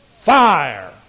fire